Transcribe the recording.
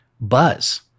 buzz